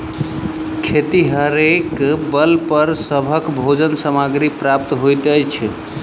खेतिहरेक बल पर सभक भोजन सामग्री प्राप्त होइत अछि